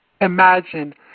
imagine